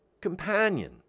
companion